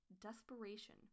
Desperation